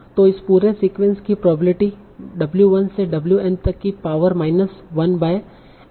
तों इस पूरे सीक्वेंस की प्रोबेबिलिटी w1 से wN तक की पावर माइनस 1 बाय N है